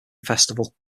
festival